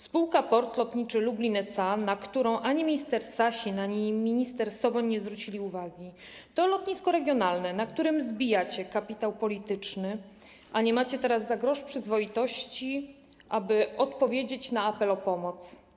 Spółka Port Lotniczy Lublin SA, na którą ani minister Sasin, ani minister Soboń nie zwrócili uwagi, to lotnisko regionalne, na którym zbijacie kapitał polityczny, a teraz nie macie za grosz przyzwoitości, aby odpowiedzieć na apel o pomoc.